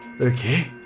Okay